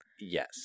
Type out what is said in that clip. Yes